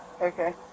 Okay